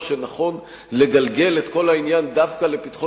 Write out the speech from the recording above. או שנכון לגלגל את כל העניין דווקא לפתחו